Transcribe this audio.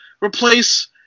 replace